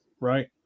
Right